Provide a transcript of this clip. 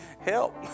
help